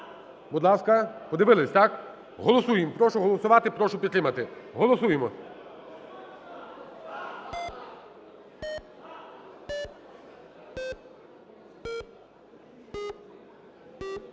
Будь ласка. Подивились, так. Голосуємо. Прошу голосувати, прошу підтримати. Голосуємо